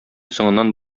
соңыннан